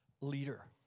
leader